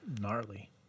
gnarly